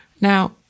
Now